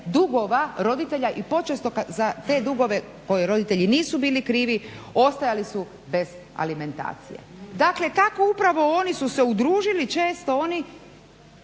dugova roditelja i počesto za te dugove koji roditelji nisu bili krivi ostajali su bez alimentacije. Dakle, tako upravo oni su se udružili često oni